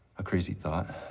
a crazy thought,